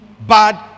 bad